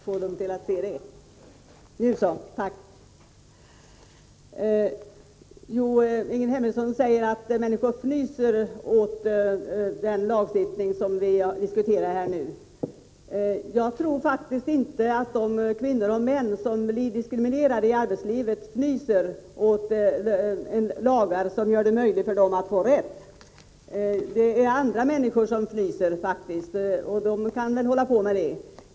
Herr talman! Ingrid Hemmingsson säger att människor fnyser åt den lagstiftning som vi nu diskuterar. Jag tror faktiskt inte att de kvinnor och män som blir diskriminerade i arbetslivet fnyser åt lagar som gör det möjligt för dem att få rätt. Det är faktiskt andra som fnyser, och det kan de väl få göra.